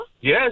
Yes